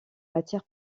matière